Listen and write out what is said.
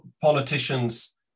politicians